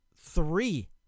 three